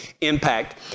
impact